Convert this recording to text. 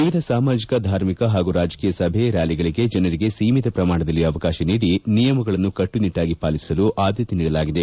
ವಿವಿಧ ಸಾಮಾಜಕ ಧಾರ್ಮಿಕ ಹಾಗೂ ರಾಜಕೀಯ ಸಭೆ ರ್ಕಾಲಿಗಳಿಗೆ ಜನರಿಗೆ ಸೀಮಿತ ಪ್ರಮಾಣದಲ್ಲಿ ಅವಕಾಶ ನೀಡಿ ನಿಯಮಗಳನ್ನು ಕಟ್ಟುನಿಟ್ಟಾಗಿ ಪಾಲಿಸಲು ಆದ್ಯತೆ ನೀಡಲಾಗಿದೆ